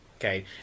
okay